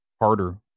harder